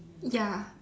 ya